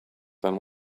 then